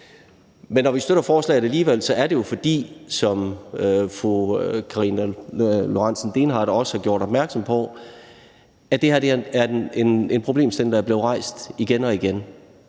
Men når vi støtter forslaget alligevel, er det jo, fordi – som fru Karina Lorentzen Dehnhardt også har gjort opmærksom på – det her er en problemstilling, der er blevet rejst igen og igen.